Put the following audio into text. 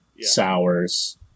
Sours